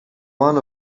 one